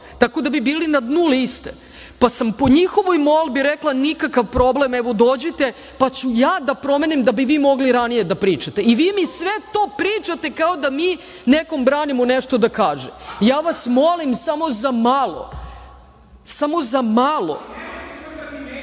tako da bi bili na dnu liste. Pa, sam po njihovoj molbi rekla nikakav problem, evo dođite, pa ću ja da promenim da bi vi mogli ranije da pričate i vi mi sve to pričate kao da mi nekom branimo nešto da kaže. Ja vas molim samo za malo, samo za malo, malo manje